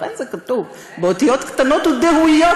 ואכן זה כתוב באותיות קטנות ודהויות.